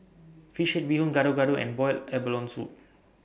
Fish Head Bee Hoon Gado Gado and boiled abalone Soup